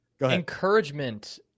Encouragement